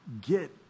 get